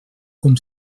com